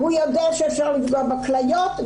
הוא יודע שאפשר לפגוע בכליות,